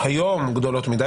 הן גדולות מדי.